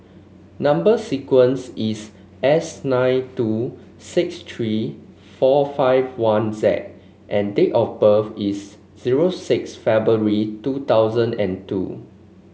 number sequence is S nine two six three four five one Z and date of birth is zero six February two thousand and two